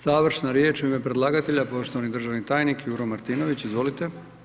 Završna riječ u ime predlagatelja poštovani državni tajnik Juro Martinović, izvolite.